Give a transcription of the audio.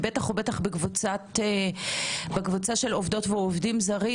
בטח בקבוצה של עובדות ועובדים זרים,